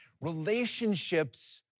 Relationships